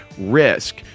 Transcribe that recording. risk